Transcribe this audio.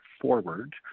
forward